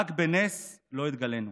רק בנס לא התגלינו.